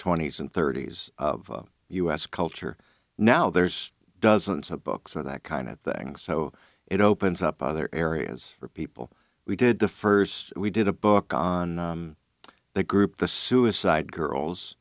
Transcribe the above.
twenty's and thirty's of us culture now there's dozens of books of that kind of thing so it opens up other areas for people we did the first we did a book on the group the suicide girls